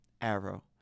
arrow